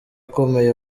akomeye